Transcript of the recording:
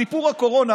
סיפור הקורונה